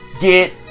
get